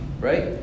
right